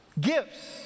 Gifts